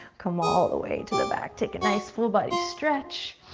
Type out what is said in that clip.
come all the way to the back. take a nice, full body stretch.